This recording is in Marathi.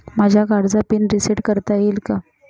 माझ्या कार्डचा पिन रिसेट करता येईल का?